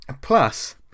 plus